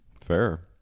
fair